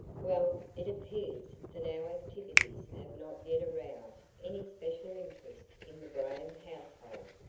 well, it appears that our activities have not yet aroused any special interest in the graham household,